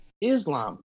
islam